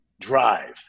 drive